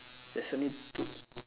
there's only two